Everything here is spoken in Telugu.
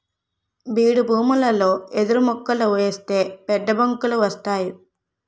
బీడుభూములలో ఎదురుమొక్కలు ఏస్తే పెద్దబొంగులు వస్తేయ్